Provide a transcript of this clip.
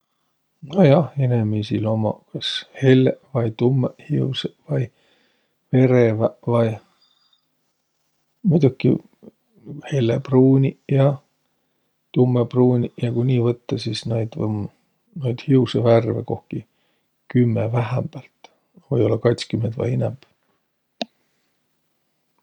Nojah, inemiisil ummaq kas helleq vai tummõq hiusõq, vai vereväq vai. Muidoki hellepruuniq ja tummõpruuniq ja ku nii võttaq, sis näid um, noid hiusõvärve, kohki kümme vähämbält, või-ollaq katskümmend vai inämb.